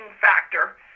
factor